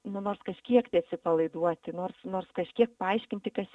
nu nors kažkiek tai atsipalaiduoti nors nors kažkiek paaiškinti kas